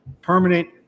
permanent